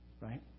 right